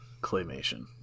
claymation